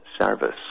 service